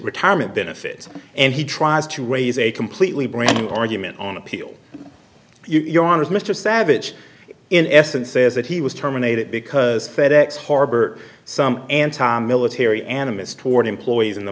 retirement benefits and he tries to raise a completely brand argument on appeal you're on is mr savage in essence says that he was terminated because fed ex harbor some anti military animists toward employees in the